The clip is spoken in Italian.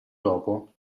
dopo